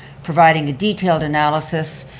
providing a detailed analysis,